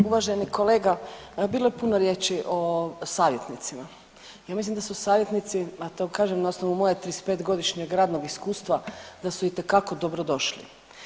Uvaženi kolega bilo je puno riječi o savjetnicima, ja mislim da su savjetnici, a to kažem na osnovu mojeg 35 godišnjeg radnog iskustva da su itekako dobro došli.